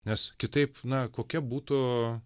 nes kitaip na kokia būtų